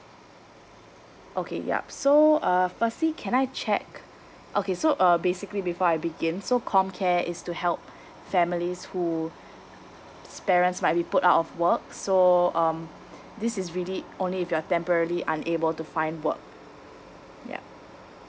okay yup so uh firstly can I check okay so uh basically before I begin so comcare is to help families who parents might be put out of work so um this is really only if you're temporarily unable to find work yup